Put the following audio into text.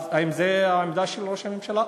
אז האם זו העמדה של ראש הממשלה,